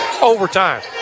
overtime